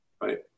Right